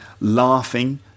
laughing